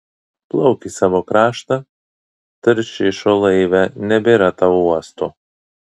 plauk į savo kraštą taršišo laive nebėra tau uosto